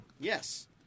Yes